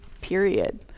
period